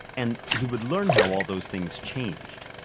and he would learn how all those things changed.